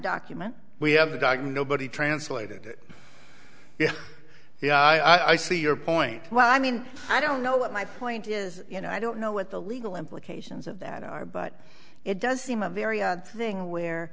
document we have a dog nobody translated it yeah yeah i see your point well i mean i don't know what my point is you know i don't know what the legal implications of that are but it does seem a very odd thing where